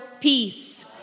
peace